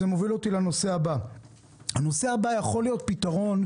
הנושא הבא יכול להיות פתרון,